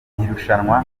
irushanwa